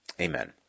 Amen